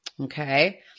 Okay